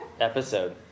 episode